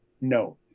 No